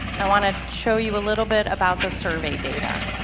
i want to show you a little bit about the survey data